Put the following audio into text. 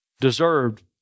deserved